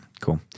Cool